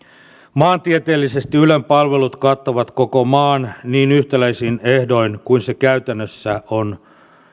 maantieteellisesti ylen palvelut kattavat koko maan niin yhtäläisin ehdoin kuin se käytännössä on